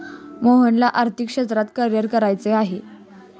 मोहनला आर्थिक क्षेत्रात करिअर करायचे आहे